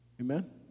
Amen